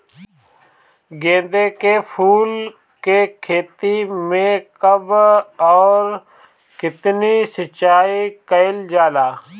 गेदे के फूल के खेती मे कब अउर कितनी सिचाई कइल जाला?